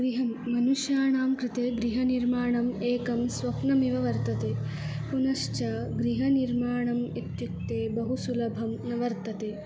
गृहं मनुष्याणां कृते गृहनिर्माणम् एकं स्वप्नमिव वर्तते पुनश्च गृहनिर्माणम् इत्युक्ते बहु सुलभं न वर्तते